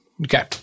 Okay